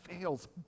fails